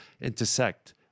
intersect